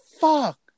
fuck